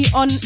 on